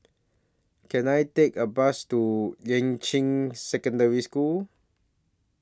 Can I Take A Bus to Yuan Ching Secondary School